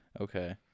Okay